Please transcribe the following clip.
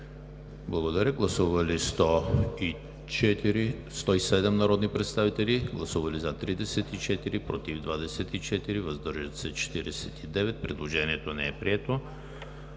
гласувайте. Гласували 107 народни представители: за 34, против 24, въздържали се 49. Предложението не е прието.